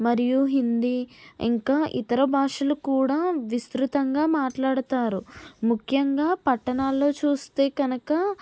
మరియు హిందీ ఇంకా ఇతర భాషలు కూడా విస్తృతంగా మాట్లాడతారు ముఖ్యంగా పట్టణాల్లో చూస్తే కనక